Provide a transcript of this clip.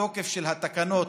התוקף של התקנות